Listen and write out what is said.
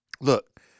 look